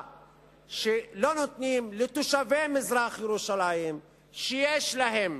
שלא נותנים לתושבי מזרח-ירושלים שיש להם